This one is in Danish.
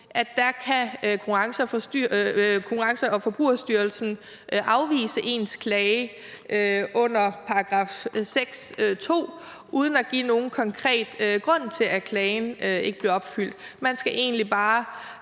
Messerschmidt er inde på – så kan afvise ens klage under § 6, 2, uden at give nogen konkret grund til, at klagen ikke bliver opfyldt. Man skal egentlig bare